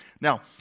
Now